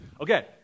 Okay